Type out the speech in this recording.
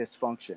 dysfunction